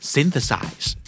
Synthesize